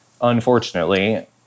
unfortunately